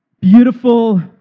beautiful